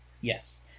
Yes